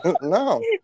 No